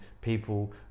people